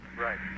Right